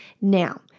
Now